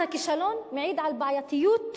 אז, הכישלון מעיד על בעייתיות הגבייה,